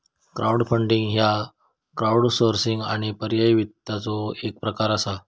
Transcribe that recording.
crowdfunding ह्य crowdsourcing आणि पर्यायी वित्ताचो एक प्रकार असा